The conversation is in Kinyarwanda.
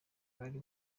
bari